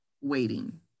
waiting